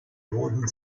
roten